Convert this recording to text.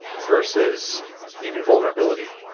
versus even vulnerability?